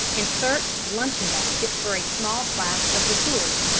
and searched the luncheon basket for a small flask of liqueurs,